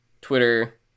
Twitter